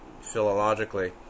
philologically